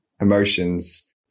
emotions